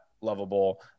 lovable